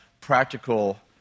practical